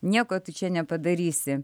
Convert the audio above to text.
nieko tu čia nepadarysi